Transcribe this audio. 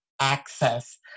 access